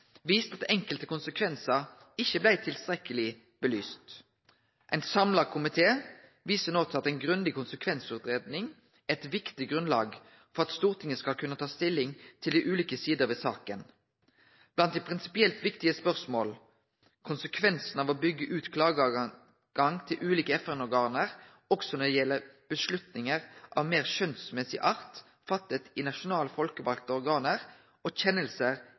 at dei enkelte konsekvensane ikkje blei tilstrekkeleg belyste. Ein samla komité viser no til at ei grundig konsekvensutgreiing er eit viktig grunnlag for at Stortinget skal kunne ta stilling til dei ulike sidene ved saka. Blant dei prinsipielt viktige spørsmåla er konsekvensane av å byggje ut klagerett til ulike FN-organ også når det gjeld avgjerder av meir skjønsmessig art gjorde i nasjonalt folkevalde organ og